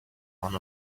one